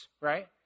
right